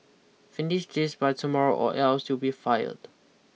finish this by tomorrow or else you'll be fired